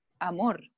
amor